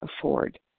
afford